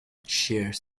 shares